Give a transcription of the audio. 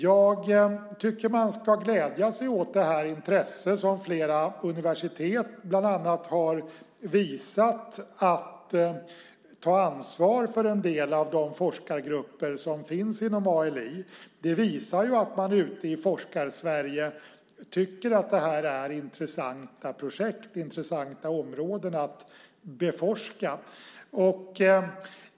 Jag tycker att man ska glädja sig åt det intresse som bland annat flera universitet har visat för att ta ansvar för en del av de forskargrupper som finns inom ALI. Det visar att man ute i Forskar-Sverige tycker att det här är intressanta projekt och intressanta områden att beforska.